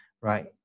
right